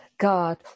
God